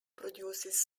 produces